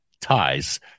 ties